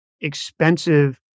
expensive